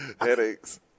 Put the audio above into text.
Headaches